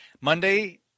Monday